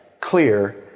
clear